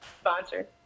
Sponsored